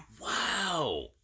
Wow